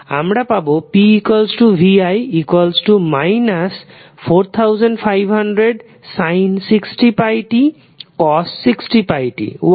আমরা পাবো pvi 4500sin 60πt cos 60πt watt